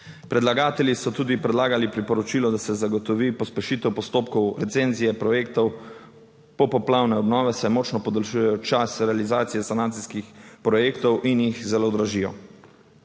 Predlagatelji so tudi predlagali priporočilo, da se zagotovi pospešitev postopkov recenzije projektov popoplavne obnove se močno podaljšujejo čas realizacije sanacijskih projektov in jih zelo dražijo.